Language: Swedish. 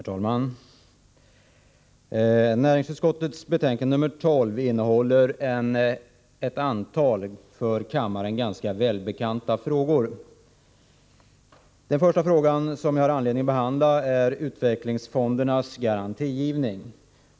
Herr talman! Näringsutskottets betänkande 12 innehåller ett antal för kammaren ganska välbekanta frågor. Den första fråga som jag har anledning att kommentera gäller utvecklingsfondernas garantigivning.